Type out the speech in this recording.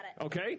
Okay